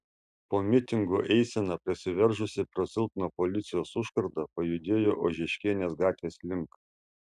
po mitingo eisena prasiveržusi pro silpną policijos užkardą pajudėjo ožeškienės gatvės link